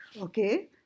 okay